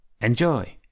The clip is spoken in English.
Enjoy